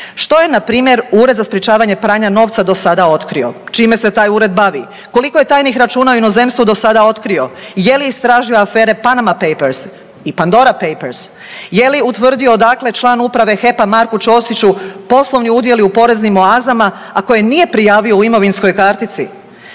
Što je npr. Ured za sprječavanje pranja novca do sada otkrio? Čime se taj Ured bavi? Koliko je tajnih računa u inozemstvu do sada otkrio? Je li istražio afere Panama papers i Pandora papers? Je li utvrdio odakle član Uprave HEP-a, Marku Čosiću poslovni udjeli u poreznim oazama, a koje nije prijavio u imovinskoj kartici?